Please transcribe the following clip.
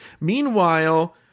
Meanwhile